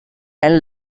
and